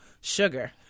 sugar